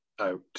out